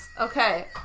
Okay